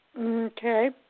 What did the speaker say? Okay